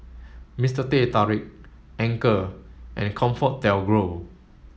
Mister Teh Tarik Anchor and ComfortDelGro